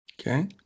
Okay